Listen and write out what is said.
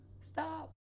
Stop